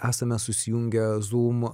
esame susijungę zum